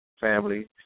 Family